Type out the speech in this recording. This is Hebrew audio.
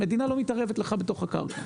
המדינה לא מתערבת לך בתוך הקרקע.